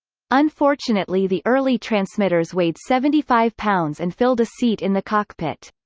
unfortunately the early transmitters weighed seventy five pounds and filled a seat in the cockpit.